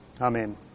Amen